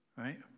Right